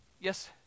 yes